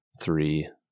three